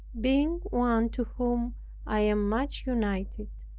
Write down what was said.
being one to whom i am much united,